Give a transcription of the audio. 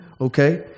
Okay